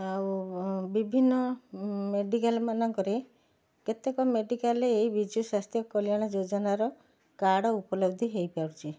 ଆଉ ବିଭିନ୍ନ ମେଡ଼ିକାଲ୍ ମାନଙ୍କରେ କେତେକ ମେଡ଼ିକାଲ୍ରେ ଏଇ ବିଜୁ ସ୍ୱାସ୍ଥ୍ୟ କଲ୍ୟାଣ ଯୋଜନାର କାର୍ଡ଼୍ ଉପଲବ୍ଧି ହେଇପାରୁଛି